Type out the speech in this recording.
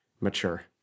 mature